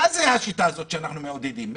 מה זה השיטה הזאת שאנחנו מעודדים?